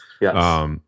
yes